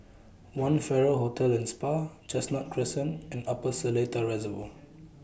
one Farrer Hotel and Spa Chestnut Crescent and Upper Seletar Reservoir